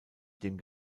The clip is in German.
dem